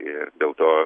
ir dėl to